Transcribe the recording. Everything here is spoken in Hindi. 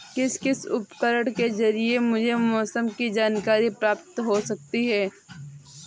किस किस उपकरण के ज़रिए मुझे मौसम की जानकारी प्राप्त हो सकती है?